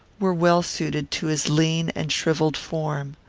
were well suited to his lean and shrivelled form.